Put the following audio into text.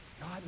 God